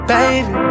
Baby